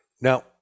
Now